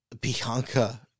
Bianca